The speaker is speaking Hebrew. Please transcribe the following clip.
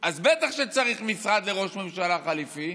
אז בטח שצריך משרד לראש ממשלה חליפי